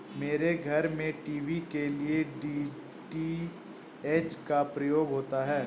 मेरे घर में टीवी के लिए डी.टी.एच का प्रयोग होता है